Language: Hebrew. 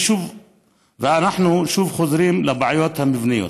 ואנחנו שוב חוזרים לבעיות המבניות.